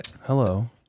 Hello